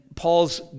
Paul's